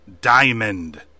Diamond